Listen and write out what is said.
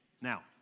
now